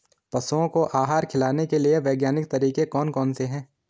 पशुओं को आहार खिलाने के लिए वैज्ञानिक तरीके कौन कौन से हैं?